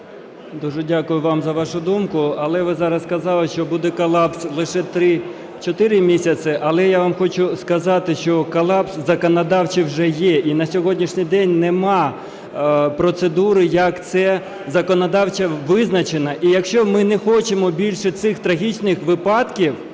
Дуже дякую вам за вашу думку. Але ви зараз сказали, що буде колапс лише 3-4 місяці, але я вам хочу сказати, що колапс законодавчий вже є і на сьогоднішній день нема процедури як це законодавчо визначено. І якщо ми не хочемо більше цих трагічних випадків,